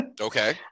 okay